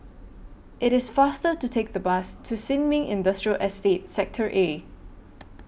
IT IS faster to Take The Bus to Sin Ming Industrial Estate Sector A